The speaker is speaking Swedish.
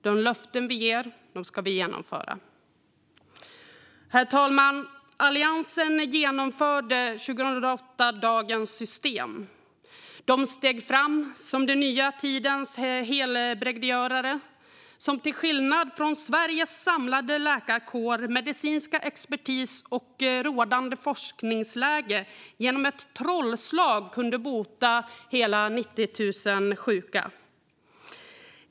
De löften vi ger ska vi genomföra. Herr talman! Alliansen genomförde 2008 dagens system. De steg fram som den nya tidens helbrägdagörare och kunde till skillnad från Sveriges samlade läkarkår och medicinska expertis i rådande forskningsläge genom ett trollslag bota hela 90 000 sjuka.